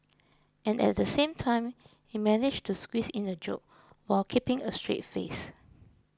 and at the same time he managed to squeeze in a joke while keeping a straight face